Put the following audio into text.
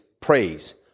praise